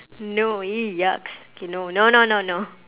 no !ee! yucks okay no no no no no